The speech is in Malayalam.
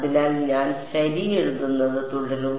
അതിനാൽ ഞാൻ ശരി എഴുതുന്നത് തുടരും